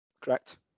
Correct